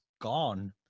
gone